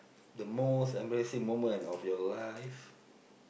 the most embarrassing moment of your life